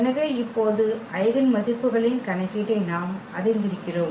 எனவே இப்போது ஐகென் மதிப்புகளின் கணக்கீட்டை நாம் அறிந்திருக்கிறோம்